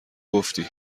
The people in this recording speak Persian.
گفتی